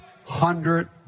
Hundred